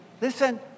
listen